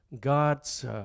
God's